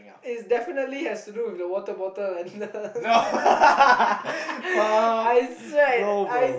is definitely has to do with the water bottle and the I swear it I